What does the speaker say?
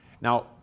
Now